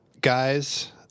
Guys